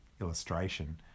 illustration